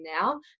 now